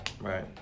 right